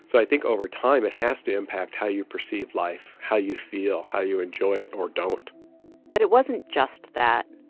so i think over time it has to impact how you perceive life, how you feel, how you enjoy it or don't but it wasn't just that.